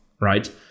right